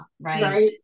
Right